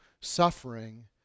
suffering